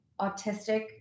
autistic